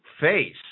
face